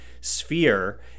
sphere